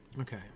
okay